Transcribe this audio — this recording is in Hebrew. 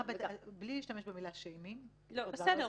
בלי להשתמש במילה "שיימינג" בדבר הזה,